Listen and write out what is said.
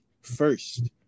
first